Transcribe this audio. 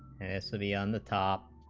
as city on the top